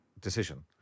decision